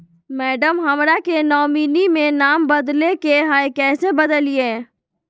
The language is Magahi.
मैडम, हमरा के नॉमिनी में नाम बदले के हैं, कैसे बदलिए